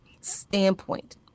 standpoint